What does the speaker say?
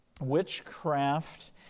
Witchcraft